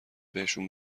بهشون